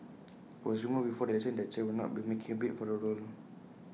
IT was rumoured before the election that Chen will not be making A bid for the role